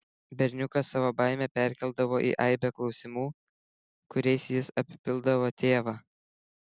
berniukas savo baimę perkeldavo į aibę klausimų kuriais jis apipildavo tėvą